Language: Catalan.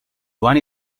joan